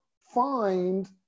find